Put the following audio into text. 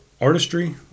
artistry